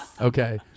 Okay